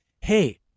hey